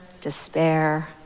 despair